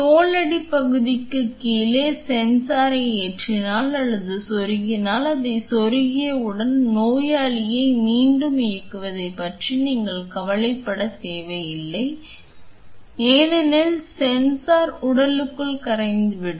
தோலடி பகுதிக்கு கீழே சென்சாரை ஏற்றினால் அல்லது செருகினால் அதைச் செருகியவுடன் நோயாளியை மீண்டும் இயக்குவதைப் பற்றி நீங்கள் கவலைப்பட வேண்டியதில்லை ஏனெனில் சென்சார் உடலுக்குள் கரைந்துவிடும்